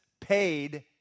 paid